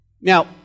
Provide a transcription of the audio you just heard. Now